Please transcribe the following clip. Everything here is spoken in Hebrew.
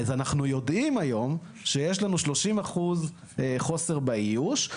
אז אנחנו יודעים היום שיש לנו 30 אחוז חוסר באיוש,